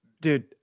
dude